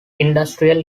industrial